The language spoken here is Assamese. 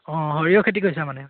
অঁ সৰিয়হ খেতি কৰিছে মানে